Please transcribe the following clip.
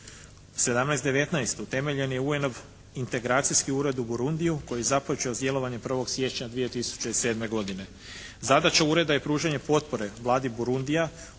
17, 19 utemeljeni UN-ov integracijski ured u Burundiju koji je započeo s djelovanjem 1. siječnja 2007. godine. Zadaća ureda je pružanje potpore Vladi Burundija